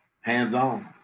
hands-on